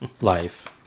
life